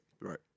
Right